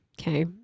Okay